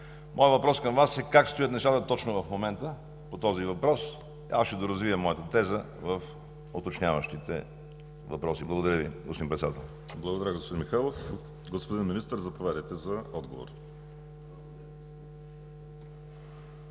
Моят въпрос към вас е: как стоят нещата точно в момента по този въпрос, а аз ще доразвия моята теза в уточняващите въпроси? Благодаря Ви, господин Председател. ПРЕДСЕДАТЕЛ ВАЛЕРИ СИМЕОНОВ: Благодаря, господин Михайлов. Господин Министър, заповядайте за отговор.